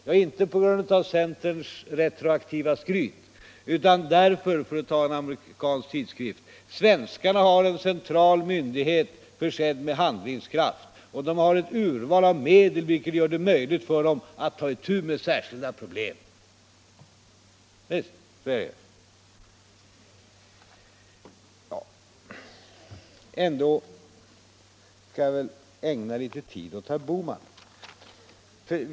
Ja, inte på grund av centerns retroaktiva skryt utan — för att återge en karakteristik i en amerikansk tidskrift — därför att svenskarna har en central ledning, som har handlingskraft och som har ett urval av medel som gör det möjligt för den att ta itu med särskilda problem. Jag skall också ägna litet tid åt herr Bohman.